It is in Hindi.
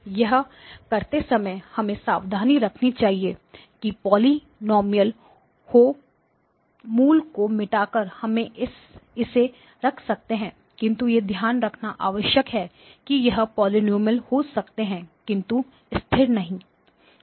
यह करते समय हमें सावधानी रखनी चाहिए कि वह पॉलिनॉमियल हो मूल को मिटाकर हम इसे रख सकते हैं किंतु यह ध्यान रखना आवश्यक है कि यह पॉलिनॉमियल हो सकता है किंतु स्थिर नहीं